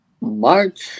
March